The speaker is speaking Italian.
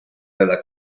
della